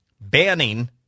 banning